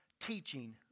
teaching